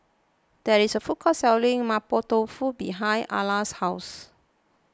there is a food court selling Mapo Tofu behind Arla's house